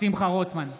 שמחה רוטמן,